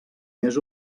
més